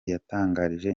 yatangarije